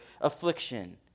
affliction